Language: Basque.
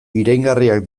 iraingarriak